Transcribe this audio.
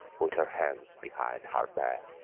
with her hands behind her back.